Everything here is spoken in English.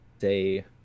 say